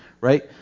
right